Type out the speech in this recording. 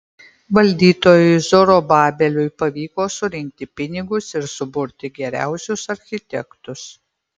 valdytojui zorobabeliui pavyko surinkti pinigus ir suburti geriausius architektus